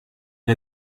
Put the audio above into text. n’y